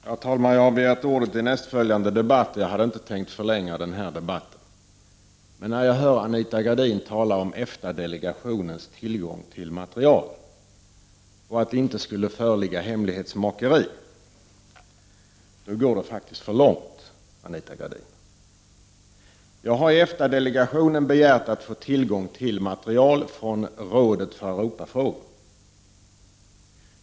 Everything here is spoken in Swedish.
Fru talman! Jag har begärt ordet i nästföljande debatt och hade inte tänkt förlänga den här diskussionen. Men när jag hör Anita Gradin tala om EFTA 39 delegationens tillgång till material och att det inte skulle föreligga hemlighetsmakeri, då går det faktiskt för långt. Jag har i EFTA-delegationen begärt att få tillgång till material från rådet för Europafrågor.